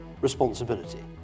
responsibility